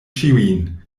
ĉiujn